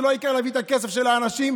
זה לא העיקר להביא את הכסף של האנשים,